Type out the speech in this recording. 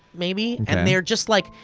maybe? and they're just like,